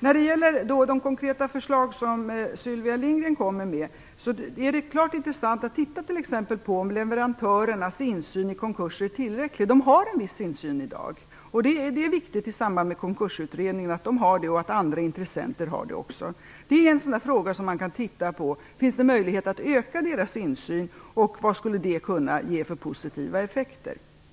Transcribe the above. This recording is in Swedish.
När det gäller Sylvia Lindgrens konkreta förslag vill jag säga att det är klart intressant att t.ex. titta på om leverantörernas insyn i konkurser är tillräcklig. De har en viss insyn i dag. Det är viktigt att i samband med konkursutredningen konstatera att de och andra intressenter har en viss insyn. Detta är en fråga som man kan se över. Finns det möjlighet att öka insynen? Vad skulle det kunna ge för positiva effekter?